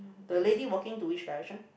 the lady walking to which direction